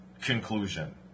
conclusion